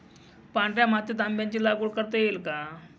पांढऱ्या मातीत आंब्याची लागवड करता येईल का?